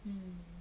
hmm